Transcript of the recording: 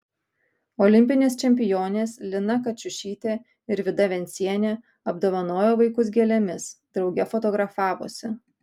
olimpinės čempionės lina kačiušytė ir vida vencienė apdovanojo vaikus gėlėmis drauge fotografavosi